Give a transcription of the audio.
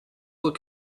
look